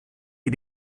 die